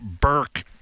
Burke